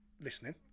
listening